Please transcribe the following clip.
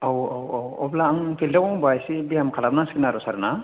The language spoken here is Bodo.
औ औ औ औ अब्ला आं फिल्दाव होमबा एसे बियाम खालामनांसिगोन आरो सार ना